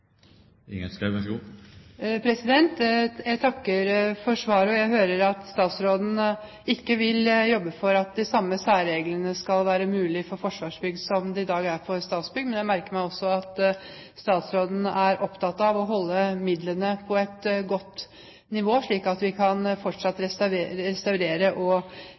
Jeg takker for svaret. Jeg hører at statsråden ikke vil jobbe for at de samme særreglene som i dag er for Statsbygg, skal gjelde for Forsvarsbygg. Men jeg merker meg også at statsråden er opptatt av å holde midlene på et godt nivå, slik at vi fortsatt kan restaurere og